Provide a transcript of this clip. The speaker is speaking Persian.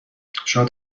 شاید